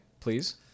please